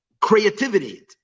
creativity